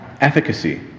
efficacy